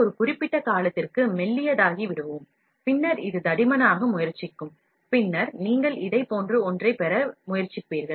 ஒரு குறிப்பிட்ட காலப்பகுதியில் நாங்கள் ஒரு மெல்லிய கோட்டைப் பெறுவோம் பின்னர் இது தடிமனாக இருக்க முயற்சிக்கும் பின்னர் நீங்கள் இதைப் போன்ற ஒன்றைப் பெறுவீர்கள்